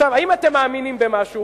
עכשיו, האם אתם מאמינים במשהו?